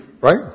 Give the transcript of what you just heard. right